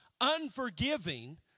Unforgiving